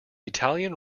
italian